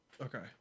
Okay